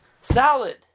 salad